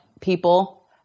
people